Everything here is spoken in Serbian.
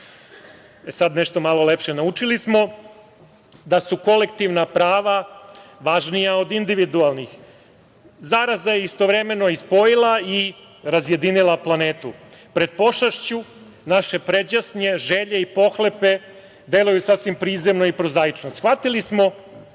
nešto malo lepše. Naučili smo da su kolektivna prava važnija od individualnih. Zaraza istovremeno i spojila i razjedinila planetu. Pred pošašću naše pređašnje želje i pohlepe deluju sasvim prizemno i prozaično.